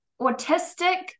autistic